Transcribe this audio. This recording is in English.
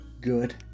good